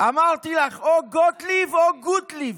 אמרתי לך, או גוטליב או גוטליב.